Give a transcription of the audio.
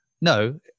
no